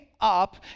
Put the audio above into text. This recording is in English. up